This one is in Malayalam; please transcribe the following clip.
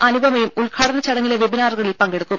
അനുപമയും ഉദ്ഘാടന ചടങ്ങിലെ വെബ്ബിനാറുകളിൽ പങ്കെടുക്കും